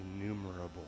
innumerable